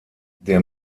der